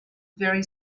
very